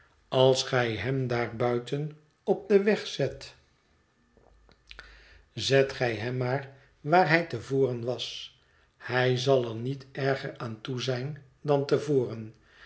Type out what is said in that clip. als gij hem daar buiten op den weg zet zet gij hem maar waar hij te voren was hij zal er niet erger aan toe zijn dan te voren